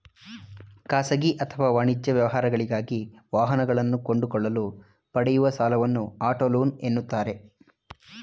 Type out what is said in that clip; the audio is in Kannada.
ಖಾಸಗಿ ಅಥವಾ ವಾಣಿಜ್ಯ ವ್ಯವಹಾರಗಳಿಗಾಗಿ ವಾಹನಗಳನ್ನು ಕೊಂಡುಕೊಳ್ಳಲು ಪಡೆಯುವ ಸಾಲವನ್ನು ಆಟೋ ಲೋನ್ ಎನ್ನುತ್ತಾರೆ